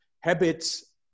habits